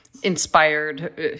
inspired